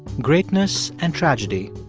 greatness and tragedy,